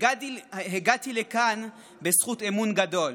הגעתי לכאן בזכות אמון גדול.